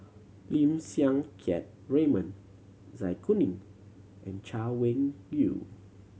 Lim Siang Keat Raymond Zai Kuning and Chay Weng Yew